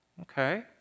Okay